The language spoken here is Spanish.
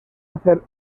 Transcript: hacer